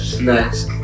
Nice